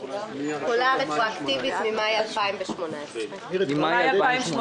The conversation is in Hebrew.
תחולה רטרואקטיבית ממאי 2018. מאי 2018